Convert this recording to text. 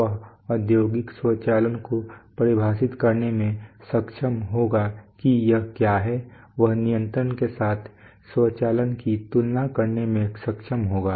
वह औद्योगिक स्वचालन को परिभाषित करने में सक्षम होगा कि यह क्या है वह नियंत्रण के साथ स्वचालन की तुलना करने में सक्षम होगा